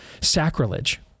sacrilege